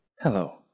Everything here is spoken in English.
Hello